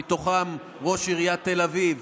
ובתוכם ראש עיריית תל אביב,